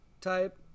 type